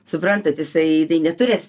suprantat jisai tai neturės t